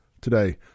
today